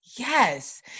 Yes